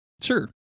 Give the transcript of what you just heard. Sure